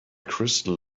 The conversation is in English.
crystal